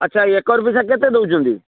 ଆଚ୍ଛା ଏକର ପିଛା କେତେ ଦେଉଛନ୍ତି